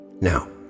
Now